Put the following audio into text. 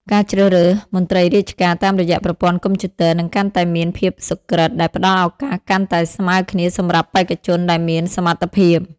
ការជ្រើសរើសមន្ត្រីរាជការតាមរយៈប្រព័ន្ធកុំព្យូទ័រនឹងកាន់តែមានភាពសុក្រឹត ដែលផ្តល់ឱកាសកាន់តែស្មើគ្នាសម្រាប់បេក្ខជនដែលមានសមត្ថភាព។